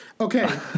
Okay